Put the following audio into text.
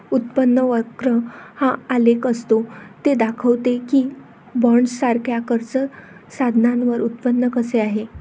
उत्पन्न वक्र हा आलेख असतो ते दाखवते की बॉण्ड्ससारख्या कर्ज साधनांवर उत्पन्न कसे आहे